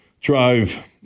drive